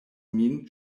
min